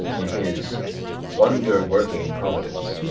in his wonder-working providence,